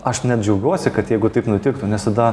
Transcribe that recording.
aš net džiaugiuosi kad jeigu taip nutiktų nes tada